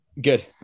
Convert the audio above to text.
Good